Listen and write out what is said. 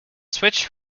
swiss